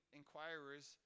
inquirers